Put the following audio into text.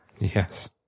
Yes